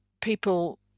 people